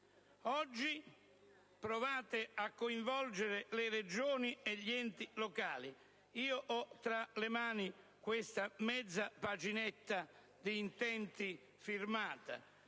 oggi provate a coinvolgere le Regioni e gli enti locali. Ho tra le mani questa mezza paginetta di intenti firmata